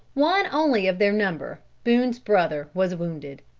one only of their number, boone's brother, was wounded.